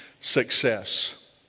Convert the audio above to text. success